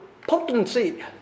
potency